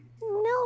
No